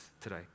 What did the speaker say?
today